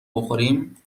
بخوریم